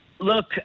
Look